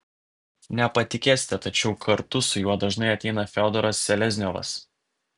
nepatikėsite tačiau kartu su juo dažnai ateina fiodoras selezniovas